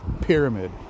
pyramid